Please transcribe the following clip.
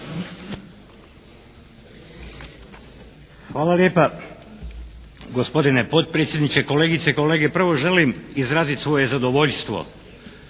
Hvala lijepa.